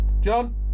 john